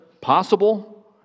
possible